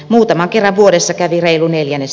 muutaman kerran vuodessa kävi reilu neljännes